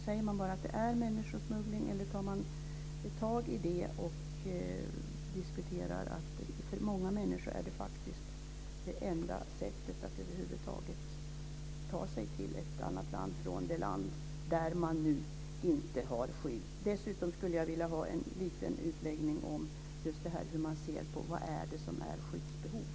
Säger man bara att det är människosmuggling, eller tar man tag i det och diskuterar det? Det är för många människor det enda sättet att över huvud taget ta sig till ett annat land från det land där de nu inte har skydd. Dessutom skulle jag vilja ha en liten utläggning om just hur man ser på vad det är som är skyddsbehov.